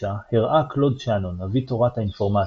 הראה קלוד שאנון אבי תורת האינפורמציה,